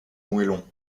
moellons